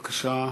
בבקשה,